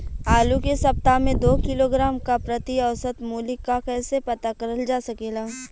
आलू के सप्ताह में दो किलोग्राम क प्रति औसत मूल्य क कैसे पता करल जा सकेला?